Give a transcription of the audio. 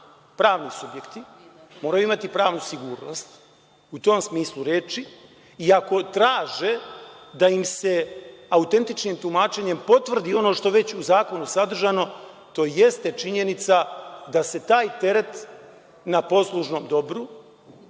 pravni subjekti, moraju imati pravnu sigurnost u tom smislu reči i ako traže da im se autentičnim tumačenjem potvrdi ono što je već u zakonu sadržano to jeste činjenica da se taj teret na poslužnom dobru